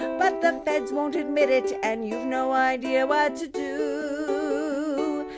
but the feds won't admit it, and you've no idea what to do,